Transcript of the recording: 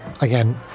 again